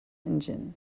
engine